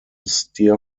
stir